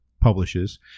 publishes